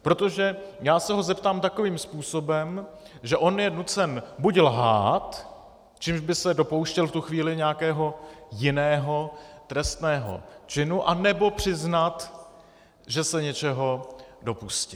Protože já se ho zeptám takovým způsobem, že on je nucen buď lhát, čímž by se dopouštěl v tu chvíli nějakého jiného trestného činu, anebo přiznat, že se něčeho dopustil.